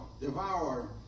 devour